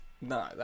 No